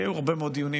כי היו הרבה מאוד דיונים,